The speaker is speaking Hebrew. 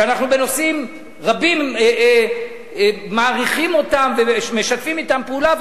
שבנושאים רבים אנחנו מעריכים אותם ומשתפים אתם פעולה,